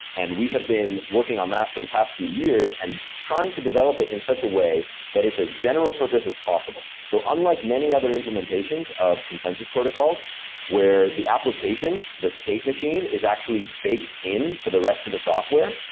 and we have been working on that for the past few years and trying to develop it in such a way that it's as general-purpose as possible. so unlike many other implementations of consensus protocols where the application, the state machine is actually baked in to the rest of the software,